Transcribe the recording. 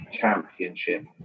Championship